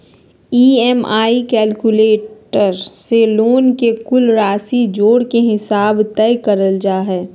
EMI calculator से loan के कुल राशि जोड़ के हिसाब तय करल जा हय